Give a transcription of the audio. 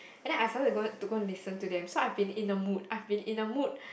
and then I suddenly to go to go and listen to them so I be in the mood I've be in a mood